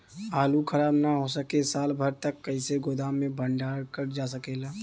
आलू खराब न हो सके साल भर तक कइसे गोदाम मे भण्डारण कर जा सकेला?